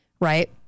Right